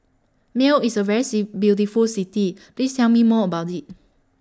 Male IS A very C beautiful City Please Tell Me More about IT